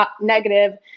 negative